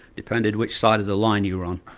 depended which side of the line you were on.